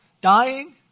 Dying